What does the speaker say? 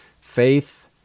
faith